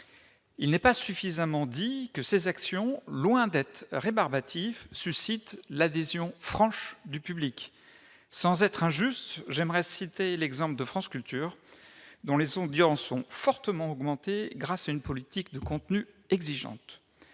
Il n'est pas suffisamment dit que ces actions, loin d'être rébarbatives, suscitent l'adhésion franche du public. Sans être injuste, j'aimerais citer l'exemple de France Culture, dont les audiences ont fortement augmenté grâce à une politique de contenus exigeante.